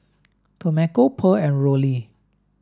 Tomeka Pearl and Rollie